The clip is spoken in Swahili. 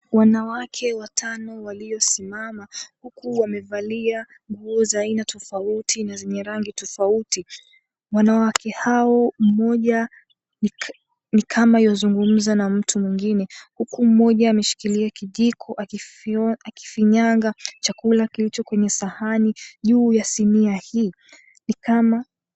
Wanawake watano waliosimama, huku wamevalia nguo za aina tofauti na zenye rangi tofauti. Wanawake hao, mmoja ni kama yuazungumza na mtu mwingine huku mmoja ameshikilia kijiko akifinyanga chakula kilicho kwenye sahani juu ya sinia hii. Ni kama...